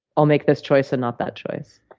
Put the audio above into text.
i'll make this choice and not that choice.